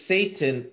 Satan